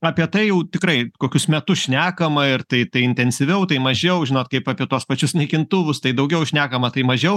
apie tai jau tikrai kokius metus šnekama ir tai tai intensyviau tai mažiau žinot kaip apie tuos pačius naikintuvus tai daugiau šnekama tai mažiau